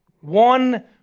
One